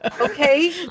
Okay